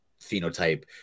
phenotype